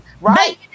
right